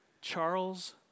Charles